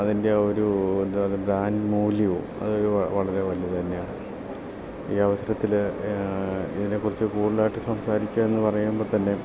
അതിൻ്റെ ഒരു എന്താത് ബ്രാൻഡ് മൂല്യവും അതൊരു വളരെ വലുത് തന്നെയാണ് ഈ അവസരത്തിൽ ഇതിനെക്കുറിച്ച് കൂടുതലായിട്ട് സംസാരിക്കാമെന്ന് പറയുമ്പോൾതന്നെ